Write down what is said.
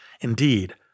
Indeed